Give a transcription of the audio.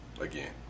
Again